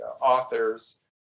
authors